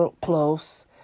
Close